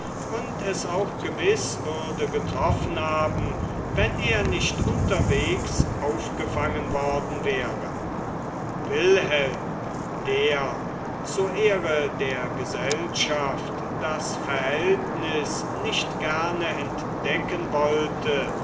und es auch gewiß würde getroffen haben wenn er nicht unterwegs aufgefangen worden wäre wilhelm der zur ehre der gesellschaft das verhältnis nicht gerne entdecken wollte